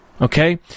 okay